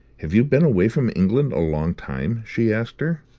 have you been away from england a long time, she asked her.